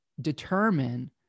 determine